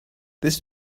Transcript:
this